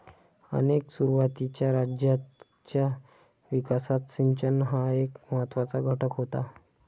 अनेक सुरुवातीच्या राज्यांच्या विकासात सिंचन हा एक महत्त्वाचा घटक होता